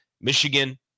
Michigan